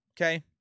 okay